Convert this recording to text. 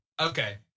Okay